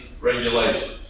regulations